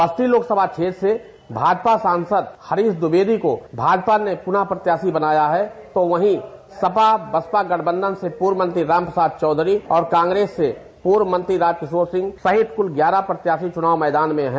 बस्ती लोकसभा क्षेत्र से भाजपा सांसद हरीश द्विवेदी को भाजपा ने पुनः प्रत्याशी बनाया है तो वहीं सपा बसपा गठबंधन से पूर्व मंत्री राम प्रसाद चौधरी और कांग्रेस से पूर्व मंत्री राजकिशोर सिंह सहित कुल ग्यारह प्रत्याशी चुनाव मैदान में हैं